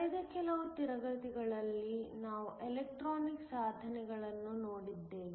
ಕಳೆದ ಕೆಲವು ತರಗತಿಗಳಲ್ಲಿ ನಾವು ಎಲೆಕ್ಟ್ರಾನಿಕ್ ಸಾಧನಗಳನ್ನು ನೋಡಿದ್ದೇವೆ